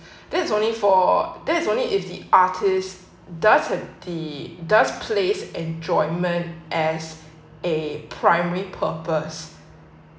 that's only for that's only if the artist does the does place enjoyment as a primary purpose